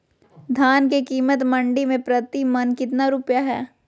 धान के कीमत मंडी में प्रति मन कितना रुपया हाय?